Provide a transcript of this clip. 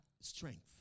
strength